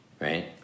right